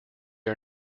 are